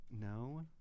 No